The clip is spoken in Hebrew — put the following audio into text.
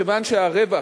מכיוון שהרווח,